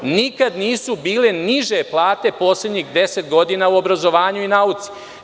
Nikada nisu bile niže plate u poslednjih 10 godina u obrazovanju i nauci.